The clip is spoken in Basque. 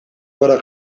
gora